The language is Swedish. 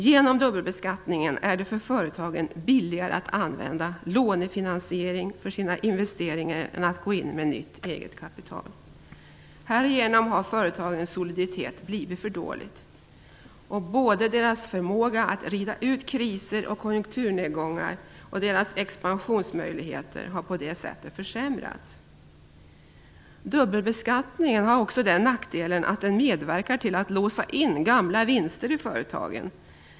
Genom dubbelbeskattningen är det billigare för företagen att använda lånefinansiering för sina investeringar än att gå in med nytt eget kapital. Härigenom har företagens soliditet blivit för dålig. Både deras förmåga att rida ut kriser och konjunkturnedgångar och deras expansionsmöjligheter har på det sättet försämrats. Dubbelbeskattningen har också den nackdelen att den medverkar till att låsa in gamla vinster i företagen.